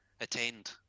attend